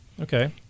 okay